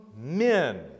men